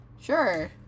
Sure